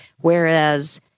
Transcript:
Whereas